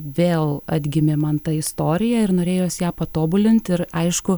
vėl atgimė man ta istorija ir norėjos ją patobulint ir aišku